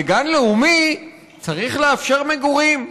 בגן לאומי צריך לאפשר מגורים.